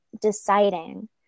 deciding